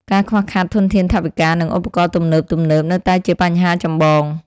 ការខ្វះខាតធនធានថវិកា និងឧបករណ៍ទំនើបៗនៅតែជាបញ្ហាចម្បង។